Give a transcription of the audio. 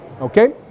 Okay